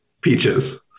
Peaches